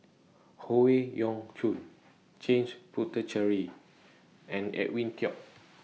Howe Yoon Chong James Puthucheary and Edwin Koek